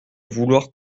vouloir